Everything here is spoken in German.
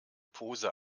pose